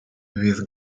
with